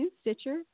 Stitcher